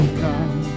come